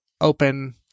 open